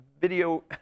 video